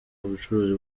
ubucuruzi